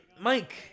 Mike